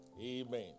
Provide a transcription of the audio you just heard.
Amen